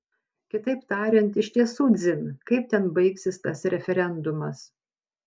kitaip tariant iš tiesų dzin kaip ten baigsis tas referendumas